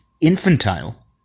infantile